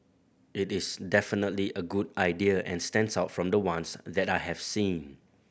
it is definitely a good idea and stands out from the ones that I have seen